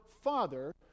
Father